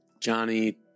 Johnny